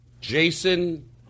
Jason